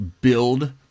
build